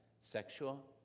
sexual